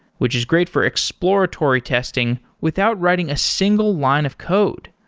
which is great for exploratory testing without writing a single line of code.